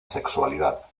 sexualidad